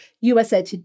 USA